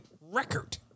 record